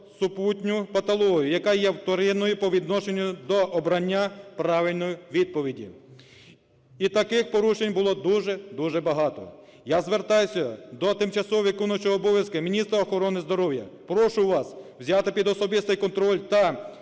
супутню патологію, яка є вторинною по відношенню до обрання правильної відповіді. І таких порушень було дуже-дуже багато. Я звертаюся до тимчасово виконуючого обов'язки міністра охорони здоров'я, прошу вас взяти під особистий контроль та